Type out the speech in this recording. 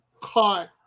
caught